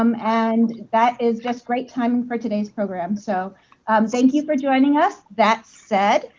um and that is just great timing for today's program. so thank you for joining us. that said,